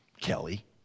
Kelly